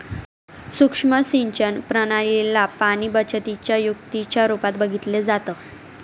सुक्ष्म सिंचन प्रणाली ला पाणीबचतीच्या युक्तीच्या रूपात बघितलं जातं